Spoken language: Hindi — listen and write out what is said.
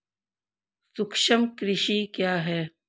सूक्ष्म कृषि क्या है?